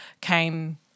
came